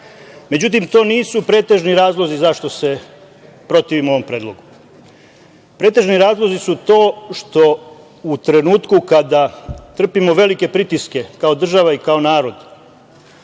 Dačić.Međutim, to nisu pretežni razlozi zašto se protivim ovom predlogu. Pretežni razlozi su to što u trenutku kada trpimo velike pritiske kao država i kao narod